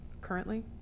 currently